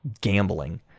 gambling